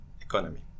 economy